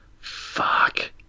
Fuck